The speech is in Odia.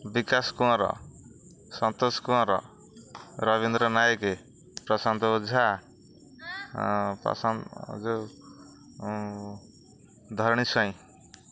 ବିକାଶ କୂଅଁର ସନ୍ତୋଷ କୂଅଁର ରବୀନ୍ଦ୍ର ନାୟକ ପ୍ରଶାନ୍ତ ଓଝା ପ୍ରଶାନ୍ତ ଯେଉଁ ଧରଣୀ ସ୍ୱାଇଁ